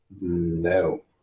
No